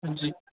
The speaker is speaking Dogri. हां जी